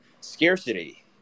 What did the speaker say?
scarcity